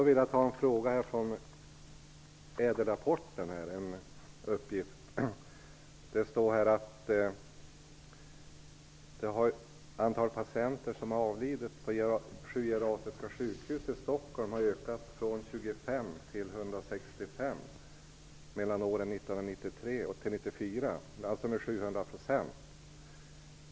I ÄDEL-rapporten står det att antalet patienter som har avlidit på sju geriatriska sjukhus i Stockholm har ökat från 25 till 165 mellan åren 1993 och 1994, dvs. en ökning med 700 %.